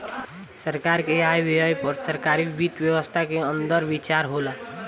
सरकार के आय व्यय पर सरकारी वित्त व्यवस्था के अंदर विचार होला